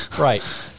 Right